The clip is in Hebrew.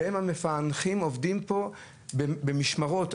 והם עובדים פה במשמרות,